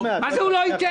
מה זה "הוא לא ייתן"?